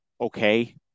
okay